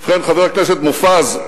ובכן, חבר הכנסת מופז,